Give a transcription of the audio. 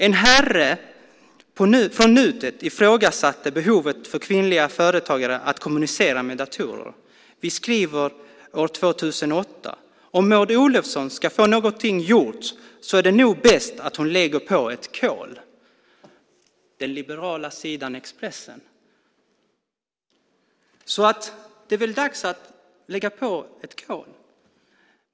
En herre från Nutek ifrågasatte behovet för kvinnliga företagare att kommunicera med datorer. Vi skriver år 2008. Om Maud Olofsson ska få något gjort så är det nog bäst att hon lägger på ett kol." Det var den liberala sidan i Expressen. Så det är väl dags att lägga på ett kol.